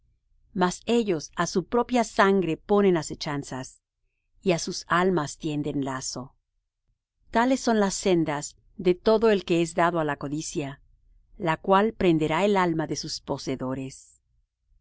mas ellos á su propia sangre ponen asechanzas y á sus almas tienden lazo tales son las sendas de todo el que es dado á la codicia la cual prenderá el alma de sus poseedores la